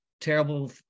Terrible